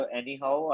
anyhow